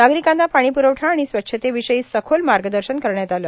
नागरीकांना पाणी प्रवठा आणि स्वच्छतेविषयी सखोल मार्गदर्शन करण्यात आलं